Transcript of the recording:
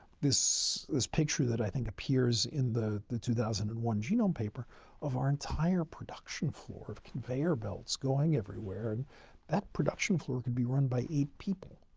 this this picture, that i think appears in the the two thousand and one genome paper of our entire production floor of conveyor belts going everywhere. and that production floor could be run by eight people.